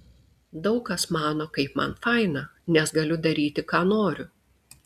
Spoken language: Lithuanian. daug kas mano kaip man faina nes galiu daryti ką noriu